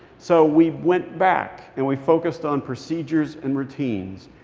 so we went back, and we focused on procedures and routines.